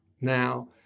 now